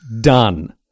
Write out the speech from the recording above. done